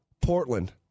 Portland